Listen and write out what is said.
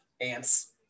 ants